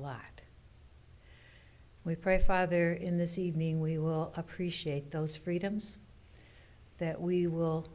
lot we pray father in this evening we will appreciate those freedoms that we will